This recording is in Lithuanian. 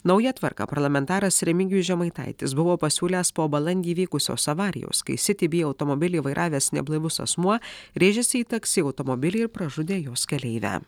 nauja tvarka parlamentaras remigijus žemaitaitis buvo pasiūlęs po balandį įvykusios avarijos kai siti by automobilį vairavęs neblaivus asmuo rėžėsi į taksi automobilį ir pražudė jos keleivę